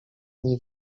nie